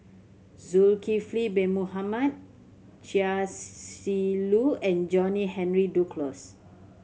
Zulkifli Bin Mohamed Chia Shi Lu and John Henry Duclos